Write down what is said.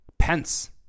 Pence